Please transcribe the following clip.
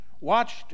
Watched